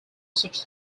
such